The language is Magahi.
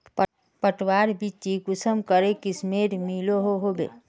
पटवार बिच्ची कुंसम करे किस्मेर मिलोहो होबे?